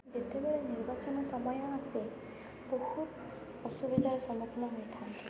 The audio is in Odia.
ଯେତେବେଳେ ନିର୍ବାଚନ ସମୟ ଆସେ ବହୁତ ଅସୁବିଧାର ସମ୍ମୁଖୀନ ହୋଇଥାନ୍ତି